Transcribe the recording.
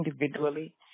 individually